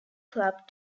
club